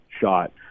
shot